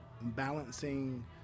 Balancing